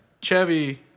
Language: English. Chevy